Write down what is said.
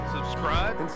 Subscribe